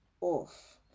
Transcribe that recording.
off